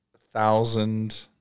thousand